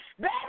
Baby